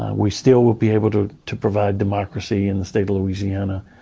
we still will be able to to provide democracy in the state of louisiana.